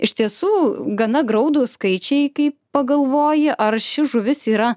iš tiesų gana graudūs skaičiai kai pagalvoji ar ši žuvis yra